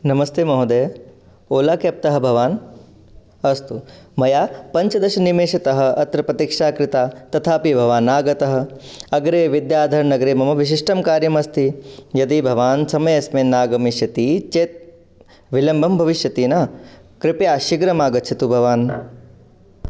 नमस्ते महोदय ओला केब्तः भवान् अस्तु मया पञ्चदशनिमेषतः अत्र प्रतीक्षा कृता तथापि भवान् न आगतः अग्रे विद्याधरनगरे मम विशिष्टं कार्यम् अस्ति यदि भवान् समयेऽस्मिन् न आगमिष्यति चेत् विलम्बः भविष्यति न कृपया शीघ्रमागच्छतु भवान्